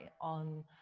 on